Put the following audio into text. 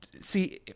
see